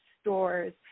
stores